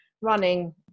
running